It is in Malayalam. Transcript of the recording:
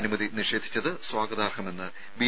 അനുമതി നിഷേധിച്ചത് സ്വാഗതാർഹമെന്ന് ബി